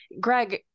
Greg